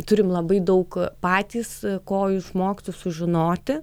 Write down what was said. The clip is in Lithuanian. turim labai daug patys ko išmokti sužinoti